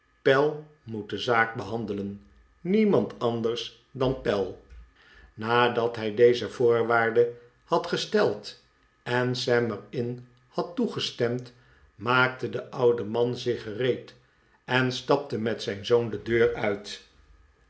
pell moet de zaak behandelen niemand anders dan pell nadat hij deze vo orwaarde had gesteld en sam er in had toegestemd maakte de oude man zich gereed en stapte met zijn zoon de deur uit